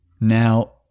Now